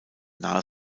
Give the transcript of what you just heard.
nahe